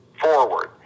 forward